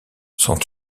sont